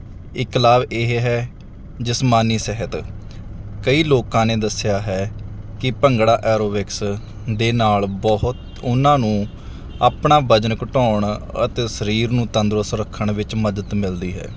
ਇੱਕ ਲਾਭ ਇਹ ਹੈ ਜਿਸਮਾਨੀ ਸਿਹਤ ਕਈ ਲੋਕਾਂ ਨੇ ਦੱਸਿਆ ਹੈ ਕਿ ਭੰਗੜਾ ਐਰੋਬਿਕਸ ਦੇ ਨਾਲ ਬਹੁਤ ਉਹਨਾਂ ਨੂੰ ਆਪਣਾ ਵਜ਼ਨ ਘਟਾਉਣ ਅਤੇ ਸਰੀਰ ਨੂੰ ਤੰਦਰੁਸਤ ਰੱਖਣ ਵਿੱਚ ਮਦਦ ਮਿਲਦੀ ਹੈ